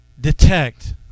detect